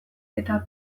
eta